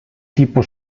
tipo